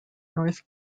north